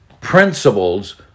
principles